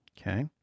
Okay